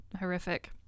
horrific